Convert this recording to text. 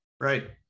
Right